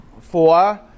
Four